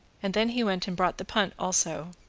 and then he went and brought the punt also.